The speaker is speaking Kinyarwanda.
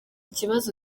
kibazo